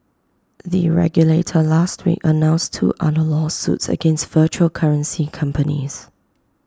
the regulator last week announced two other lawsuits against virtual currency companies